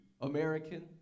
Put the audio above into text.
American